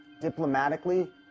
Diplomatically